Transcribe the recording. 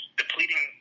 depleting